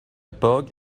bug